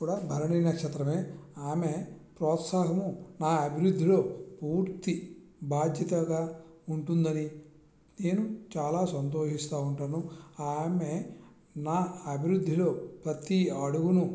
కూడా భరణీ నక్షత్రమే ఆమె ప్రోత్సహము నా అభివృద్ధిలో పూర్తి బాధ్యతగా ఉంటుందని నేను చాలా సంతోషిస్తు ఉంటాను ఆమె నా అభివృద్ధిలో ప్రతి అడుగును